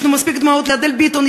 יש לנו מספיק דמעות לאדל ביטון,